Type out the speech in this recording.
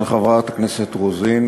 של חברת הכנסת רוזין,